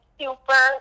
super